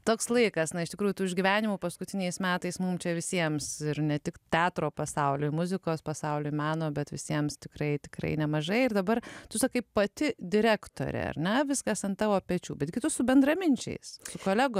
toks laikas na iš tikrųjų tų išgyvenimų paskutiniais metais mums čia visiems ir ne tik teatro pasaulio muzikos pasaulio meno bet visiems tikrai tikrai nemažai ir dabar tu sakai pati direktorė ar na viskas ant tavo pečių bet kitų su bendraminčiais kolegų